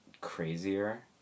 crazier